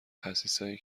خسیسایی